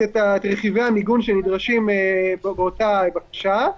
את רכיבי המיגון שנדרשים באותה בקשה,